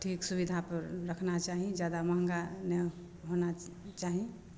ठीक सुविधापर रखना चाही जादा महँगा नहि होना चाही